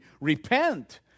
repent